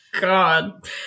God